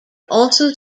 also